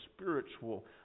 spiritual